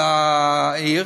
של העיר,